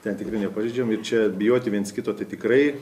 ten tikrai nepažeidžiam ir čia bijoti viens kito tai tikrai